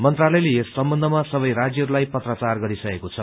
मन्त्रालयले यस सम्बन्धमा सबै राज्यहरूलाई पत्राचार गरिसकेको छ